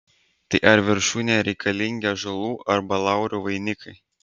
tai ar viršūnėje reikalingi ąžuolų arba laurų vainikai